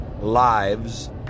lives